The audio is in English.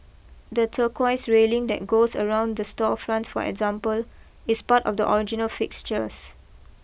the turquoise railing that goes around the storefront for example is part of the original fixtures